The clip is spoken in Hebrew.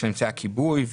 של אמצעי הכיבוי,